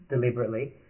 deliberately